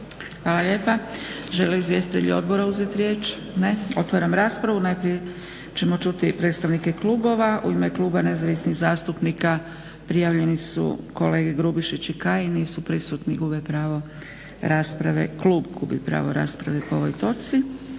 Hvala lijepa. Žele li izvjestitelji odbora uzeti riječ? Ne. Otvaram raspravu. Najprije ćemo čuti predstavnike klubova. U ime Kluba nezavisnih zastupnika prijavljeni su kolege Grubišić i Kajin. Nisu prisutni, gube pravo rasprave, klub gubi pravo rasprave po ovoj točci.